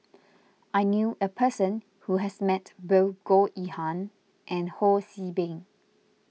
I knew a person who has met both Goh Yihan and Ho See Beng